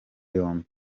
yombi